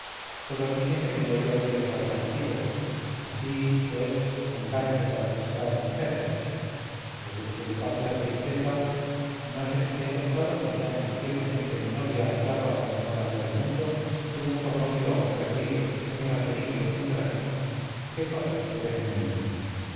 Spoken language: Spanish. todos dicen que tengo yo cierto atractivo así pues un gancho para pescar muchachas desde que se le pase la tristeza no sé si te he contado que allá en los tiempos en que mi novia andaba abandonada por el mundo tuvo por novio a un perdido un raterillo un granuja qué cosas se ven en el mundo